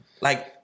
Like-